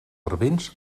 servents